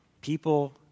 People